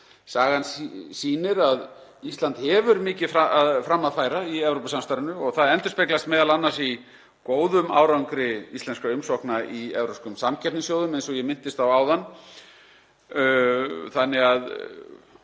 Sagan sýnir að Ísland hefur mikið fram að færa í Evrópusamstarfinu og það endurspeglast m.a. í góðum árangri íslenskra umsókna í evrópskum samkeppnissjóðum eins og ég minntist á áðan. Þannig að